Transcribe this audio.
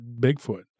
Bigfoot